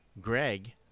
Greg